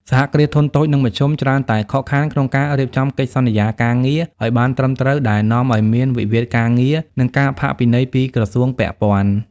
សហគ្រាសធុនតូច និងមធ្យម ច្រើនតែខកខានក្នុងការរៀបចំកិច្ចសន្យាការងារឱ្យបានត្រឹមត្រូវ ដែលនាំឱ្យមានវិវាទការងារ និងការផាកពិន័យពីក្រសួងពាក់ព័ន្ធ។